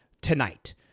tonight